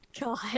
God